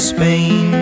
Spain